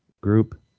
group